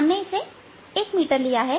हमने इसे 1 मीटर लिया है